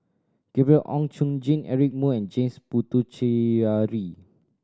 Gabriel Oon Chong Jin Eric Moo and James Puthucheary